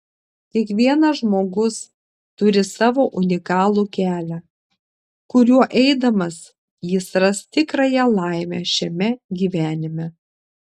kiekvienas žmogus turi savo unikalų kelią kuriuo eidamas jis ras tikrąją laimę šiame gyvenime